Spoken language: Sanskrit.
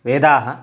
वेदाः